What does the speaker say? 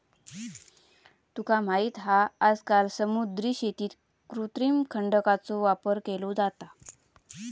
तुका माहित हा आजकाल समुद्री शेतीत कृत्रिम खडकांचो वापर केलो जाता